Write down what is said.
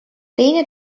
teine